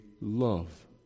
love